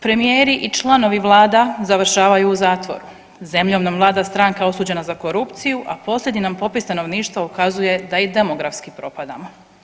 Premijeri i članovi Vlada završavaju u zatvoru, zemljom nam vlada stranka osuđena za korupciju, a posljednji nam popis stanovništva ukazuje da i demografski propadamo.